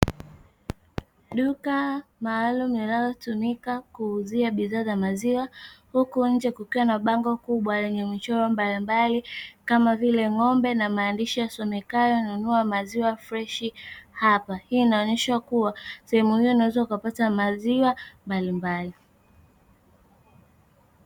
Duka maalumu inayotumika kuuzia bidhaa za maziwa huku nje kukiwa na bango kubwa lenye michoro mbalimbali kama vile ng'ombe na maandishi yasomekayo nunua maziwa freshi hapa hii inaonyesha kuwa sehemu hiyo unaweza ukapata maziwa mbalimbali.